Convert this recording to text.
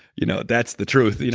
you know that's the truth. you know